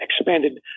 expanded